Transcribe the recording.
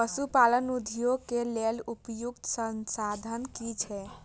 पशु पालन उद्योग के लेल उपयुक्त संसाधन की छै?